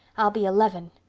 i'll be eleven.